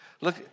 Look